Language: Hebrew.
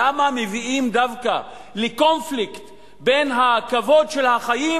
למה מביאים דווקא לקונפליקט בין הכבוד של החיים